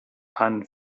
and